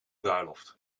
bruiloft